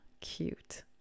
cute